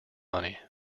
money